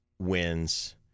Wins